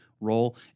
role